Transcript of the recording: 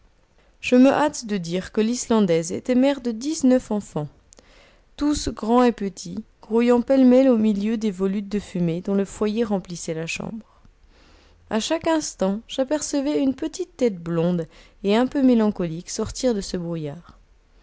je me hâte de dire que l'islandaise était mère de dix-neuf enfants tous grands et petits grouillant pêle-mêle au milieu des volutes de fumée dont le foyer remplissait la chambre a chaque instant j'apercevais une petite tête blonde et un peu mélancolique sortir de ce brouillard